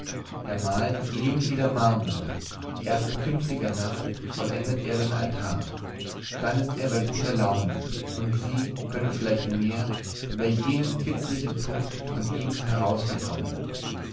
er malt eben wieder marmor erst in künftiger nacht vollendet er den altar dann ist er bei guter laune und sie können vielleicht mehr über jenen kitzlichen punkt von ihm herausbekommen